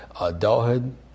adulthood